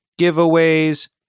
giveaways